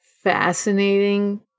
fascinating